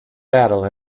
battle